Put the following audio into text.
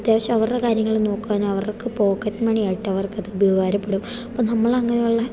അത്യാവശ്യം അവരുടെ കാര്യങ്ങൾ നോക്കാനും അവർക്ക് പോക്കറ്റ് മണിയായിട്ട് അവർക്കത് ഉപകാരപ്പെടും അപ്പം നമ്മളങ്ങനെയുള്ള